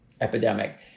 epidemic